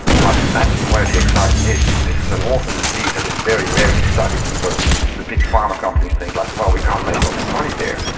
but that's where the excitement is. this is an orphan disease that is very rarely studied, because the big pharma companies think like, well, we can't make lots of money there.